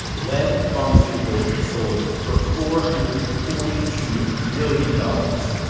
lev pharmaceuticals sold for four hundred and forty two million dollars.